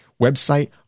website